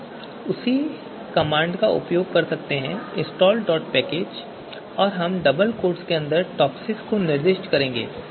हम उसी कमांड का उपयोग कर सकते हैं इंस्टॉलपैकेज और हम डबल कोट्स के भीतर टॉपसिस को निर्दिष्ट करेंगे